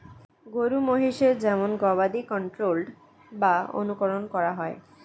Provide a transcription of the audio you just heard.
গরু মহিষের যেমন গবাদি কন্ট্রোল্ড ভাবে অনুকরন করা হয়